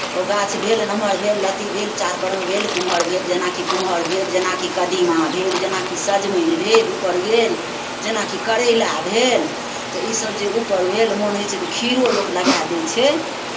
ओ गाछ भेल नमहर भेल लत्ती भेल चारपर मे भेल कुमहर भेल जेनाकि कुमहर भेल जेनाकि कदीमा भेल जेनाकि सजमनि भेल ऊपर गेल जेनाकि करैला भेल तऽ ईसभ जे ऊपर भेल मोन होइ छै तऽ खीरो लोक लगाए दै छै